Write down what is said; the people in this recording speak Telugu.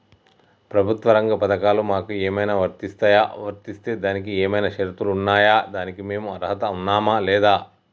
ప్రభుత్వ రంగ పథకాలు మాకు ఏమైనా వర్తిస్తాయా? వర్తిస్తే దానికి ఏమైనా షరతులు ఉన్నాయా? దానికి మేము అర్హత ఉన్నామా లేదా?